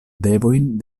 devojn